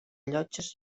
llotges